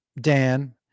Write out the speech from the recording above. Dan